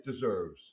deserves